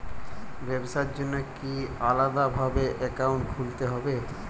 ব্যাবসার জন্য কি আলাদা ভাবে অ্যাকাউন্ট খুলতে হবে?